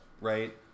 right